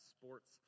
sports